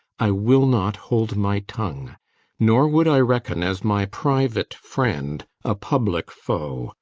i will not hold my tongue nor would i reckon as my private friend a public foe,